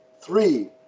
three